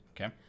okay